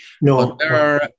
No